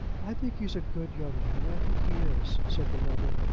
i think he's a good young man i think he is, said the mother.